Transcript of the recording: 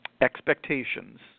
expectations